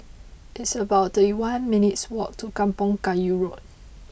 it's about thirty one minutes' walk to Kampong Kayu Road